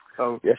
Yes